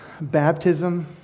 baptism